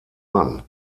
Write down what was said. mann